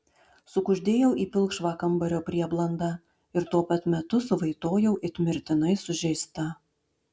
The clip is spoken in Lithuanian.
sukuždėjau į pilkšvą kambario prieblandą ir tuo pat metu suvaitojau it mirtinai sužeista